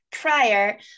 prior